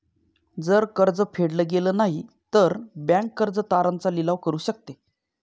जर कर्ज फेडल गेलं नाही, तर बँक कर्ज तारण चा लिलाव करू शकते